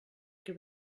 que